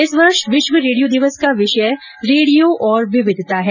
इस वर्ष विश्व रेडियो दिवस का विषय रेडियो और विविधता है